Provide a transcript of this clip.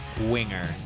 Winger